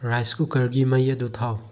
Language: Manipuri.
ꯔꯥꯏꯁ ꯀꯨꯛꯀꯔꯒꯤ ꯃꯩ ꯑꯗꯨ ꯊꯥꯎ